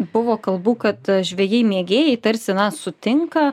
buvo kalbų kad žvejai mėgėjai tarsi na sutinka